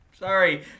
Sorry